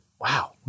wow